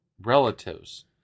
relatives